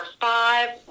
five